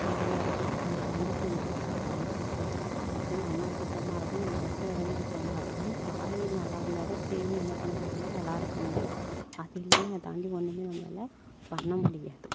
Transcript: அந்த மாதிரி தான் ஒரு கொழந்தைக்கு இன்ஃபெக்க்ஷன் ஆகுனா அதுக்கு ஃபஸ்ட்டு நம்ம சுத்தமாக இருக்கணும் நம்ம இருக்கிற இடமும் சுத்தமாக இருக்கணும் தாய் நல்லாயிருந்தா தான் சேயும் என்ன பண்ண முடியும்னா நல்லா இருக்க முடியும் அது இல்லை அதை தாண்டி ஒன்றுமே நம்மளால் பண்ண முடியாது